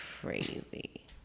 crazy